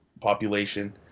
population